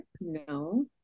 no